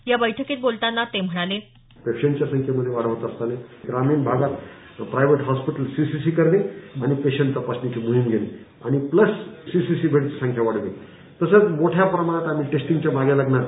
या बैठकीत बोलतांना ते म्हणाले पेशंटच्या संख्येत वाढ होत असतांना ग्रामीण भागात प्रायव्हेट हॉस्पीटल सीसीसी करणे आणि पेशंट तपासणीची मोहिम घेणे आणि प्रस सीसीसी बेडसची संख्या वाढवणे तसंच मोठ्या प्रमाणात आम्ही टेस्टींगच्या मागे लागणार आहे